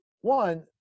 one